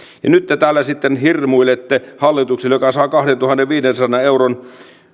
nyt te täällä sitten hirmuilette hallitukselle joka saa kahdentuhannenviidensadan euron